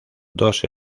dos